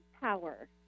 power